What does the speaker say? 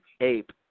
ape